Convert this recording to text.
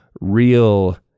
real